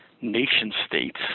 nation-states